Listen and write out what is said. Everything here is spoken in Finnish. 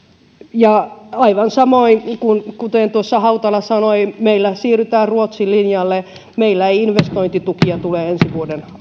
ja aivan kuten tuossa hautala sanoi meillä siirrytään ruotsin linjalle meillä ei investointitukia tule ensi vuoden